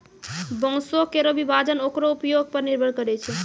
बांसों केरो विभाजन ओकरो उपयोग पर निर्भर करै छै